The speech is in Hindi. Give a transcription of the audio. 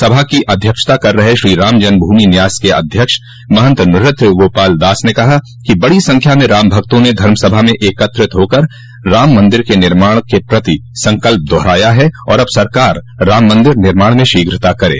सभा की अध्यक्षता कर रहे श्री राम जन्मभूमि न्यास के अध्यक्ष महंत नृत्य गोपाल दास ने कहा कि बड़ी संख्या में राम भक्तों ने धर्मासभा में एकत्र होकर राम मंदिर के निर्माण के प्रति संकल्प दोहराया है और अब सरकार राम मंदिर निर्माण में शीघ्रता करे